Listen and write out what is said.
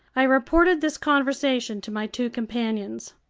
i reported this conversation to my two companions.